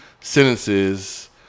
Sentences